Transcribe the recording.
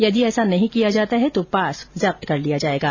यदि ऐसा नहीं किया जाता है तो पास जब्त कर लिया जाएगा